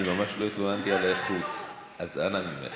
אני ממש לא התלוננתי על האיכות, אז אנא ממך.